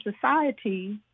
society